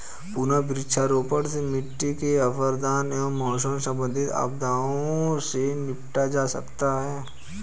पुनः वृक्षारोपण से मिट्टी के अपरदन एवं मौसम संबंधित आपदाओं से निपटा जा सकता है